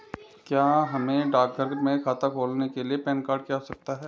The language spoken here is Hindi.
क्या हमें डाकघर में खाता खोलने के लिए पैन कार्ड की आवश्यकता है?